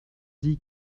dit